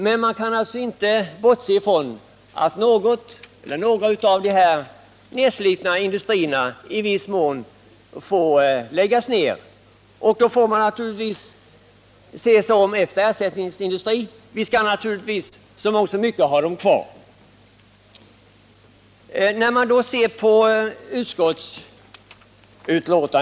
Men man kan inte bortse ifrån att någon av dessa nedslitna industrier på sikt måste läggas ned. Då får man se sig om efter ersättningsindustrier, men självfallet skall vi så långt det är möjligt ha kvar dessa industrier intakta.